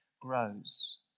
grows